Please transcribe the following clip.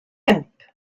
pump